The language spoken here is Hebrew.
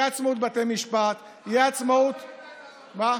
עם זכות לעתור לכל אדם ואדם,